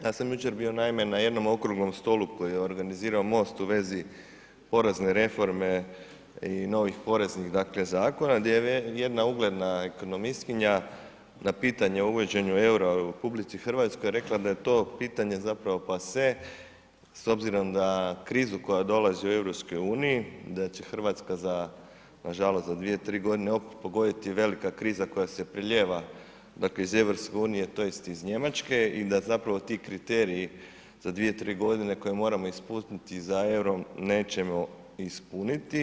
Ja sam jučer bio naime na jednom okruglom stolu koji je organizirao MOST u vezi porazne reforme i novih poreznih dakle zakona gdje je jedna ugledna ekonomistkinja na pitanje o uvođenju EUR-a u RH rekla da je to pitanje zapravo passe s obzirom na krizu koja dolazi u EU, da će Hrvatska nažalost za 2, 3 godine opet pogoditi velika kriza koja se prelijeva dakle iz EU tj. iz Njemačke i da zapravo ti kriteriji za 2, 3 godine koje moramo ispuniti za EUR-om nećemo ispuniti.